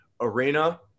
arena